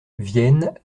vienne